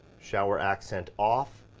shower accent off.